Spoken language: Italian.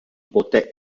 poté